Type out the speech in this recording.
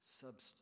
substance